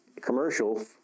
commercial